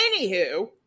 anywho